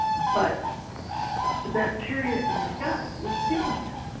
but the bacteria in the gut were stealing it.